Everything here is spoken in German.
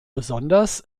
besonders